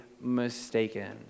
mistaken